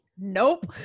nope